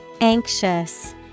Anxious